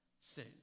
sin